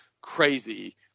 crazy